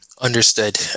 Understood